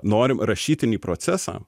norim rašytinį procesą